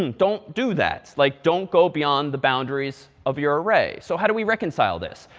don't do that. like don't go beyond the boundaries of your array. so how do we reconcile this?